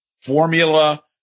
formula